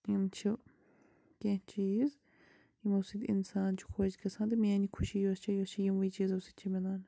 یِم چھِ کیٚنٛہہ چیٖز یِمو سۭتۍ اِنسان چھُ خوش گژھان تہٕ میٛانہِ خوشی یۄس چھےٚ چھِ یِموٕے چیٖزو سۭتۍ چھِ مِلان